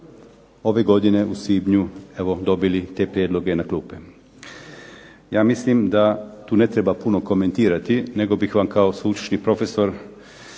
ove godine u svibnju evo dobili te prijedloge na klupe. Ja mislim da tu ne treba puno komentirati nego bih vam kao sveučilišni profesor